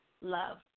love